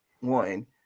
One